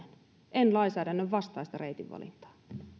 en lainsäädännön vastaista reitin valintaa